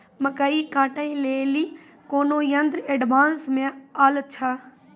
मकई कांटे ले ली कोनो यंत्र एडवांस मे अल छ?